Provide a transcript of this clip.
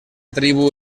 tribu